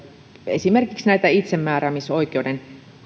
itsemääräämisoikeuden